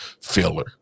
filler